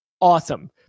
awesome